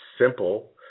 simple